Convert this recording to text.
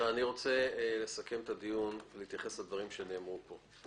אני רוצה לסכם את הדיון בלהתייחס לדברים שנאמרו פה.